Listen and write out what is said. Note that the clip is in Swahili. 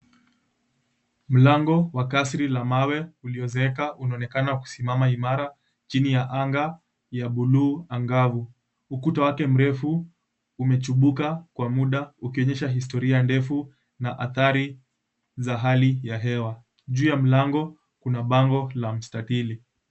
Mlango wa kasri la mawe uliozeeka unaonekana kusimama imara chini ya anga ya blue angavu. Ukuta wake mrefu umechubuka ukionyesha historia ndefu na athari za hali ya hewa. Juu ya nlango kuna bango la mstatili.